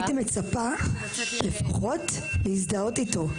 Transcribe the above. אני הייתי מצפה לפחות להזדהות איתו,